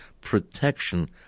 protection